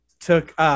took